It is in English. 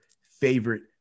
favorite